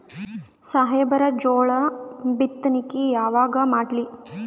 ಸಾಹೇಬರ ಜೋಳ ಬಿತ್ತಣಿಕಿ ಯಾವಾಗ ಮಾಡ್ಲಿ?